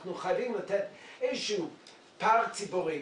אנחנו חייבים לתת איזשהו פארק ציבורי,